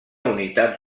unitats